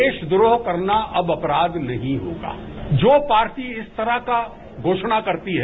देशद्रोह करना अब अपराध नहीं होगा जो पार्टी इस तरह का घोषणा करती है